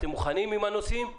אתם מוכנים עם הנושאים,